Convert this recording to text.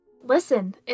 Listen